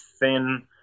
thin